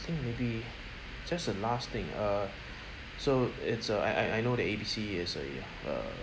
I think maybe just a last thing uh so it's uh I I I know that A B C is a uh